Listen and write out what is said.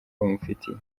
bamufitiye